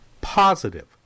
positive